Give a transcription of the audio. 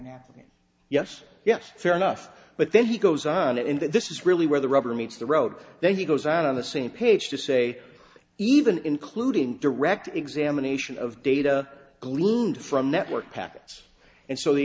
now yes yes fair enough but then he goes on and this is really where the rubber meets the road then he goes on the same page to say even including direct examination of data gleaned from network packets and so the